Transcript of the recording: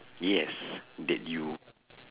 yes that you